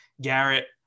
Garrett